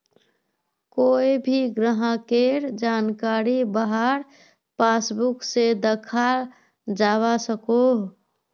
कोए भी ग्राहकेर जानकारी वहार पासबुक से दखाल जवा सकोह